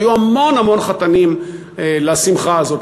היו המון המון חתנים לשמחה הזאת.